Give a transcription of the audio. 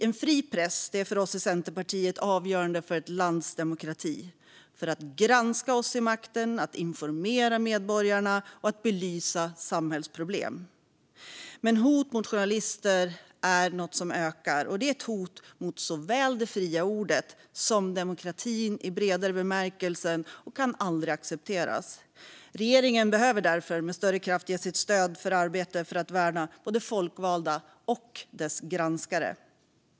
En fri press är för oss i Centerpartiet avgörande för ett lands demokrati - för att granska oss vid makten, informera medborgarna och belysa samhällsproblem. Men hot mot journalister är något som ökar, och det är ett hot mot såväl det fria ordet som demokratin i bredare bemärkelse och kan aldrig accepteras. Regeringen behöver därför med större kraft ge sitt stöd för arbete för att värna både folkvalda och dess granskare.